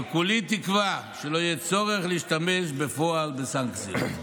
וכולי תקווה שלא יהיה צורך להשתמש בפועל בסנקציות.